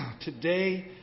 Today